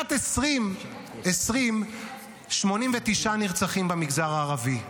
בשנת 2020 היו 89 נרצחים במגזר הערבי.